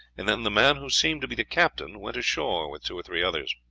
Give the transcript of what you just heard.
and then the man who seemed to be the captain went ashore with two or three others.